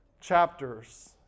chapters